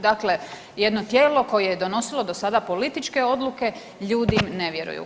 Dakle, jedno tijelo koje je donosilo do sada političke odluke ljudi ne vjeruju.